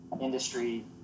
industry